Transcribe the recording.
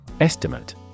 Estimate